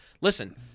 listen